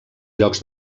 llocs